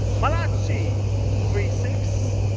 malachi three six,